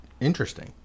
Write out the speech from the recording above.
interesting